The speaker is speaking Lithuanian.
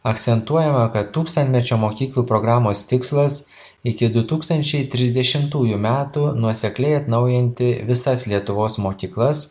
akcentuojama kad tūkstantmečio mokyklų programos tikslas iki du tūkstančiai trisdešimtųjų metų nuosekliai atnaujinti visas lietuvos mokyklas